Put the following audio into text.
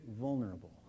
vulnerable